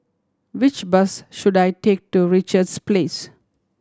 which bus should I take to Richards Place